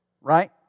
Right